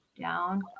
down